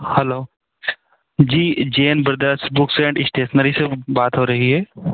hello जी Jain brothers books and stationery से बात हो रही है